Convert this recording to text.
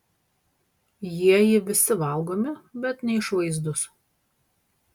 jieji visi valgomi bet neišvaizdūs